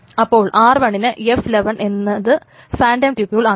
അപ്പൊൾ r1 ന് f11 എന്നത് ഫാന്റം ട്യൂപിൾ ആണ്